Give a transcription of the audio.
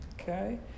okay